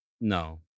no